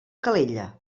calella